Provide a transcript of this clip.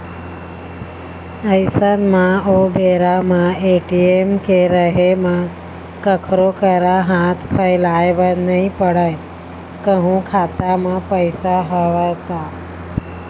अइसन म ओ बेरा म ए.टी.एम के रहें म कखरो करा हाथ फइलाय बर नइ पड़य कहूँ खाता म पइसा हवय त